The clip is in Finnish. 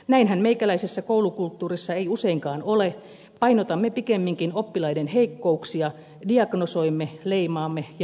näinhän meikäläisessä koulukulttuurissa ei useinkaan ole painotamme pikemminkin oppilaiden heikkouksia diagnosoimme leimaamme ja erottelemme